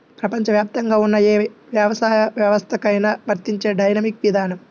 ప్రపంచవ్యాప్తంగా ఉన్న ఏ వ్యవసాయ వ్యవస్థకైనా వర్తించే డైనమిక్ విధానం